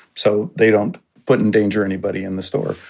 so they don't put in danger anybody in the store.